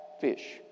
fish